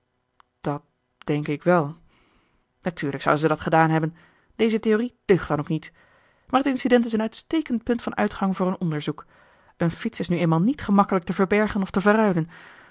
dat denk ik wel natuurlijk zouden zij dat gedaan hebben deze theorie deugt dan ook niet maar het incident is een uitstekend punt van uitgang voor een onderzoek een fiets is nu eenmaal niet gemakkelijk te verbergen of te verruilen